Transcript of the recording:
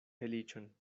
feliĉon